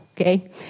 okay